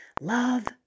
Love